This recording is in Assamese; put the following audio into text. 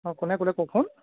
অঁ কোনে ক'লে কওকচোন